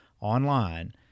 online